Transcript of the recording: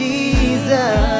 Jesus